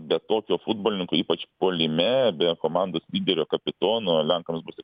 bet tokio futbolininko ypač puolime be komandos lyderio kapitono lenkams bus